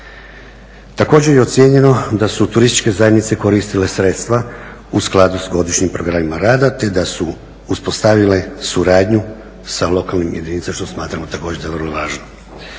Također je ocijenjeno da su turističke zajednice koristile sredstva u skladu s godišnjim programima rada, te da su uspostavile suradnju sa lokalnim jedinicama što smatramo također da je vrlo važno.